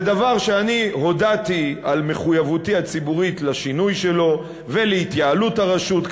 זה דבר שאני הודעתי על מחויבותי הציבורית לשינוי שלו ולהתייעלות הרשות,